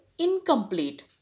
incomplete